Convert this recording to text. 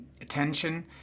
attention